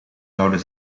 zouden